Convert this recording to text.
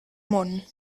món